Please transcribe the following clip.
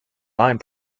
line